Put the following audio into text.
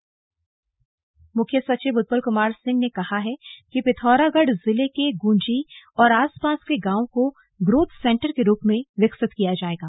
slug मुख्य सचिव पिथौरागढ मुख्य सचिव उत्पल कुमार सिंह ने कहा है कि पिथौरागढ़ जिले के गुंजी और आसपास के गांवों को ग्रोथ सेन्टर के रूप में विकसित किया जायेगा